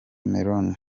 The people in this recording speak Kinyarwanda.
meron